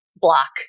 block